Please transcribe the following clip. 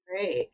Great